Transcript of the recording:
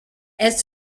elle